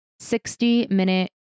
60-minute